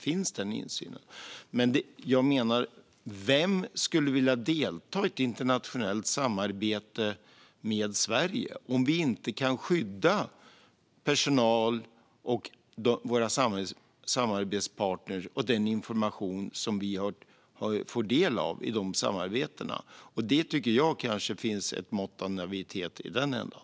Vem skulle vilja delta i ett internationellt samarbete med Sverige om vi inte kan skydda personal och våra samarbetspartner och den information vi får del av i de samarbetena? Det kanske finns ett mått av naivitet i den ändan.